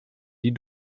die